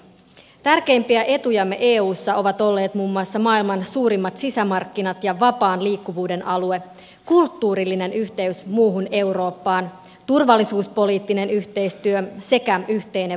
tärkeimpiä etujamme eussa ovat olleet muuan muassa maailman suurimmat sisämarkkinat ja vapaan liikkuvuuden alue kulttuurillinen yhteys muuhun eurooppaan turvallisuuspoliittinen yhteistyö sekä yhteinen valuutta